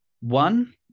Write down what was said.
One